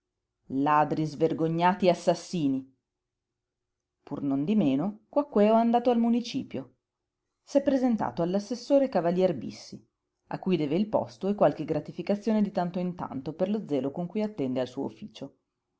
ladri svergognati e assassini pur non di meno quaquèo è andato al municipio s'è presentato all'assessore cavalier bissi a cui deve il posto e qualche gratificazione di tanto in tanto per lo zelo con cui attende al suo ufficio